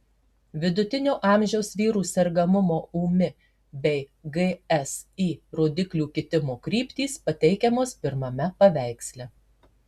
vidutinio amžiaus vyrų sergamumo ūmi bei gsi rodiklių kitimo kryptys pateikiamos pirmame paveiksle